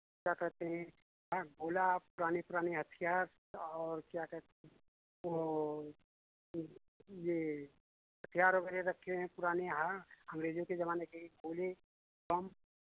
क्या कहते हैं हाँ गोला पुराने पुराने हथियार और क्या कहते हैं वो ये हथियार वगैरह रखे हैं पुराने हाँ अंग्रेजों के ज़माने के ही गोले बम